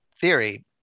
theory